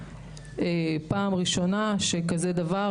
פעם ראשונה שיש כזה דבר.